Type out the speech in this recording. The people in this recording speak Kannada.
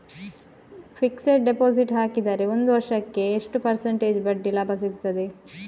ಫಿಕ್ಸೆಡ್ ಡೆಪೋಸಿಟ್ ಹಾಕಿದರೆ ಒಂದು ವರ್ಷಕ್ಕೆ ಎಷ್ಟು ಪರ್ಸೆಂಟೇಜ್ ಬಡ್ಡಿ ಲಾಭ ಸಿಕ್ತದೆ?